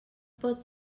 pot